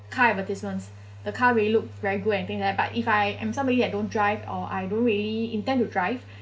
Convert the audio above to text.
car advertisements the car really look very grand and thing that but if I am somebody that don't drive or I don't really intend to drive